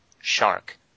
Shark